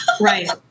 Right